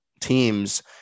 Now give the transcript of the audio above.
teams